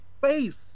face